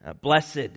Blessed